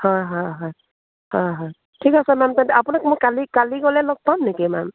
হয় হয় হয় হয় হয় ঠিক আছে মেম তেন্তে আপোনাক মই কালি কালি গ'লে লগ পাম নেকি মেম